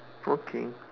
okay